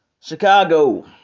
Chicago